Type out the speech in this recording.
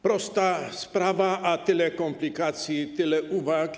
Prosta sprawa, a tyle komplikacji, tyle uwag.